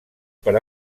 per